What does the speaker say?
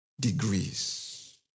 degrees